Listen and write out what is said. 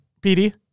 PD